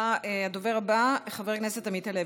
הדובר הבא, חבר הכנסת עמית הלוי,